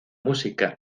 música